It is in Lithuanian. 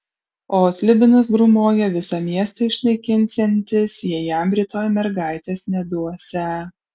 o slibinas grūmoja visą miestą išnaikinsiantis jei jam rytoj mergaitės neduosią